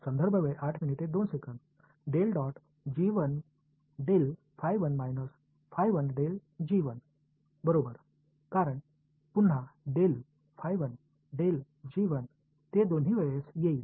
மாணவர் minus delta phi 1 சரியானது ஏனென்றால் மீண்டும் இரண்டு முறை வரும் அது அனைத்தையும் ரத்து செய்யும்